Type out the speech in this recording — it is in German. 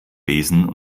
besen